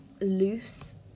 loose